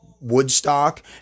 Woodstock